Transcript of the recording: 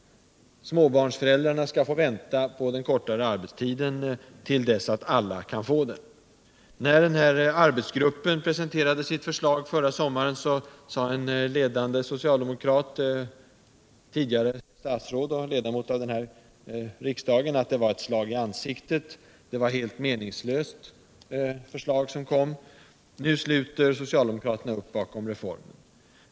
Småbarnsrföräldrarna skulle få vänta på den kortare arbetstiden till dess att alla kunde få den. När arbetsgruppen förra sommaren presenterade sitt förslag sade en ledande socialdemokrat — tidigare statsråd och ledamot av den här riksdagen — att förslaget var helt meningslöst och ett slag i ansiktet. Nu sluter socialdemokraterna upp bakom reformen.